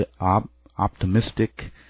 optimistic